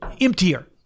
emptier